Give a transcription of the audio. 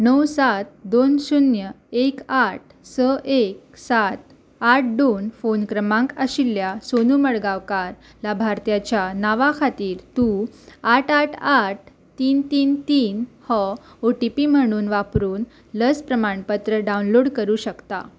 णव सात दोन शुन्य एक आठ स एक सात आठ दोन फोन क्रमांक आशिल्ल्या सोनू मळगांवकार लाभार्थ्याच्या नांवा खातीर तूं आठ आठ आठ तीन तीन तीन हो ओ टी पी म्हणून वापरून लस प्रमाणपत्र डावनलोड करूं शकता